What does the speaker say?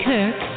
Kirk